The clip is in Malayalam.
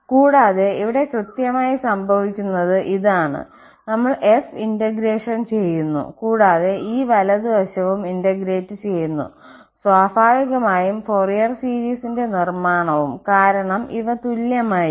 കൂടാതെ ഇവിടെ കൃത്യമായി സംഭവിക്കുന്നത് ഇതാണ് നമ്മൾ f ഇന്റഗ്രേഷൻ ചെയ്യുന്നു കൂടാതെ ഈ വലതുവശവും ഇന്റഗ്രേറ്റ് ചെയ്യുന്നു സ്വാഭാവികമായും ഫൊറിയർ സീരീസിന്റെ നിർമ്മാണവും കാരണം ഇവ തുല്യമായിരിക്കണം